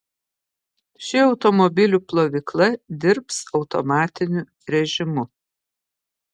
ši automobilių plovykla dirbs automatiniu rėžimu